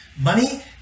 Money